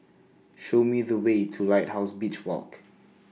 Show Me The Way to Lighthouse Beach Walk